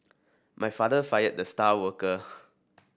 my father fired the star worker